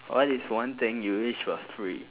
what is one thing you wish was free